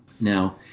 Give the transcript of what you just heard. Now